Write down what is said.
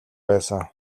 байсан